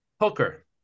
Hooker